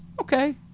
Okay